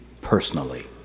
personally